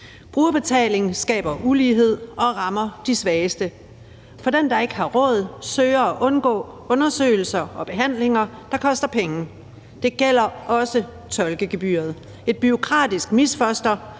Brugerbetalingen skaber ulighed og rammer de svageste, for den, der ikke har råd, søger at undgå undersøgelser og behandlinger, der koster penge. Det gælder også tolkegebyret, et bureaukratisk misfoster,